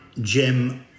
Jim